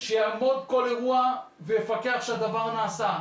שיעמוד בכל אירוע ויפקח שהדבר נעשה.